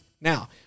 Now